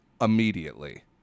immediately